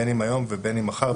בין אם היום ובין אם מחר,